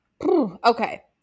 Okay